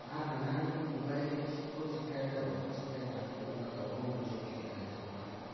ᱟᱨ ᱱᱟᱱᱟ ᱨᱚᱠᱚᱢ ᱢᱚᱵᱟᱭᱤᱞ ᱨᱮ ᱪᱮᱫ ᱠᱚ ᱪᱤᱠᱟᱹᱭᱮᱫᱟ ᱵᱟᱝ ᱠᱚ ᱪᱤᱠᱟᱹᱭᱮᱫᱟ ᱟᱵᱚᱫᱚ ᱚᱱᱟᱫᱚ ᱵᱟᱵᱚᱱ ᱵᱩᱡᱷᱟᱹᱣ ᱛᱤᱭᱳᱜ ᱫᱟᱲᱮ ᱛᱟᱠᱚ ᱠᱟᱱᱟ